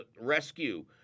rescue